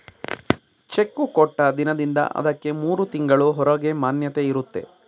cheque ಕೊಟ್ಟ ದಿನದಿಂದ ಅದಕ್ಕೆ ಮೂರು ತಿಂಗಳು ಹೊರಗೆ ಮಾನ್ಯತೆ ಇರುತ್ತೆ